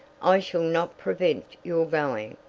i shall not prevent your going,